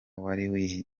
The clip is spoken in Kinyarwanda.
wari